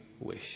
wish